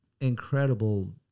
incredible